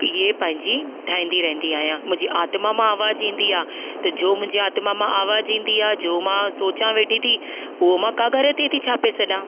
इहे पंहिंजी ठाईंदी रहंदी आहियां मुंहिंजी आत्मा मां आवाज़ु ईंदी आहे त जो मुंहिंजी आत्मा मां आवाज ईंदी आहे जो मां सोचां वेठी ती उओ मां काॻर ते थी छापे छॾां